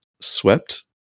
swept